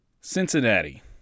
Cincinnati